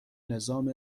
نظام